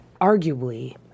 arguably